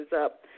up